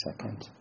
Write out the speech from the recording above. second